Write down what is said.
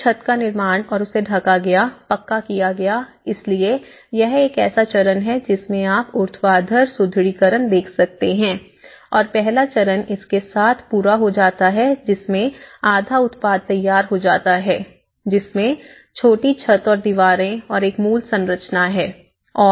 शेष छत का निर्माण और उसे ढका गया पक्का किया गया इसलिए यह एक ऐसा चरण है जिसमें आप ऊर्ध्वाधर सुदृढीकरण देख सकते हैं और पहला चरण इसके साथ पूरा हो जाता है जिसमें आधा उत्पाद तैयार हो जाता है जिसमें छोटी छत और दीवारें और एक मूल संरचना है